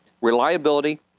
Reliability